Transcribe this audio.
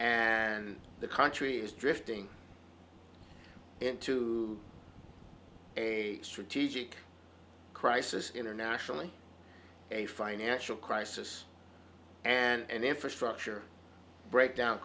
and the country is drifting into a strategic crisis internationally a financial crisis and infrastructure breakdown